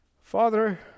Father